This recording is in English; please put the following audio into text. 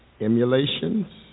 emulations